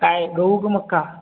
काय गहू का मका